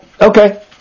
Okay